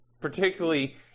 particularly